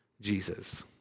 Jesus